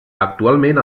actualment